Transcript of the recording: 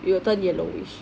it will turn yellowish